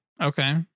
Okay